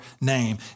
name